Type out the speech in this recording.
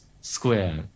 square